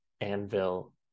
Anvil